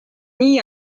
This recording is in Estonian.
nii